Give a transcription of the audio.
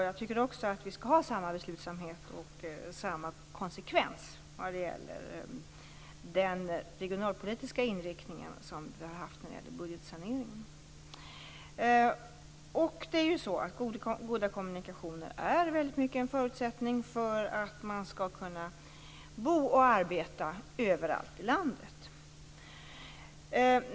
Jag tycker också att vi skall ha samma beslutsamhet och samma konsekvens när det gäller den regionalpolitiska inriktningen som vi har haft när det gällt budgetsaneringen. Goda kommunikationer är väldigt mycket en förutsättning för att man skall kunna bo och arbeta överallt i landet.